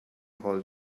hall